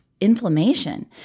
inflammation